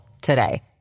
today